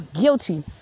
guilty